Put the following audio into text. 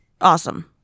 Awesome